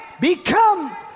become